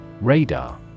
Radar